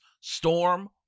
Storm